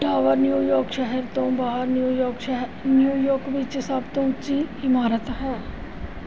tower New York ਸ਼ਹਿਰ ਤੋਂ ਬਾਹਰ ਨਿਊ ਯਾਰਕ ਸ਼ਹਿਰ ਨਿਊ ਯਾਰਕ ਵਿੱਚ ਸਭ ਤੋਂ ਉੱਚੀ ਇਮਾਰਤ ਹੈ